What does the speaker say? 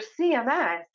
CMS